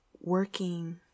working